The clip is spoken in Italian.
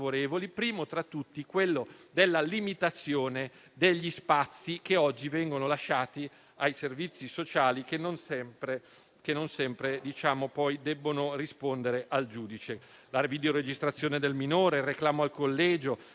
primo tra tutti quello della limitazione degli spazi che oggi vengono lasciati ai servizi sociali, che non sempre debbono rispondere al giudice; la videoregistrazione del minore, il reclamo al collegio.